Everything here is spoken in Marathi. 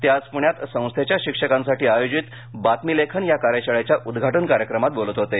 ते आज पुण्यात संस्थेच्या शिक्षकांसाठी आयोजित बातमीलेखन या कार्यशाळेच्या उद्घाटन कार्यक्रमात बोलत होते